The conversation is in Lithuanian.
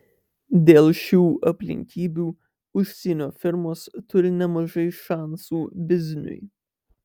dėl šių aplinkybių užsienio firmos turi nemažai šansų bizniui